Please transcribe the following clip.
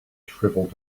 shriveled